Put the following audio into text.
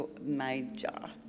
major